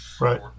Right